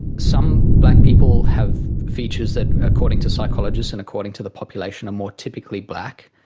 some black people have features that, according to psychologists and according to the population, are more typically black,